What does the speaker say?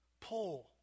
pull